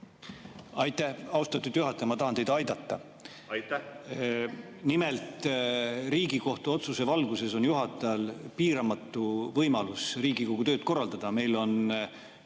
Aitäh, austatud juhataja! Ma tahan teid aidata. Aitäh! Nimelt, Riigikohtu otsuse valguses on juhatajal piiramatu võimalus Riigikogu tööd korraldada. Meil on